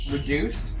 Reduce